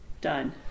done